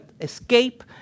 escape